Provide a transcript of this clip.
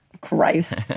Christ